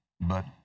But-